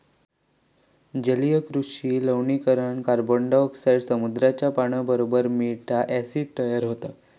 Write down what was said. जलीय कृषि लवणीकरण कार्बनडायॉक्साईड समुद्राच्या पाण्याबरोबर मिळता, ॲसिड तयार होता